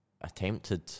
attempted